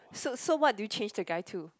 so so what do you change the guy to